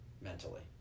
mentally